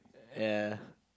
ya